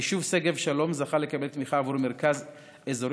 היישוב שגב שלום זכה לקבל תמיכה בעבור מרכז אזורי,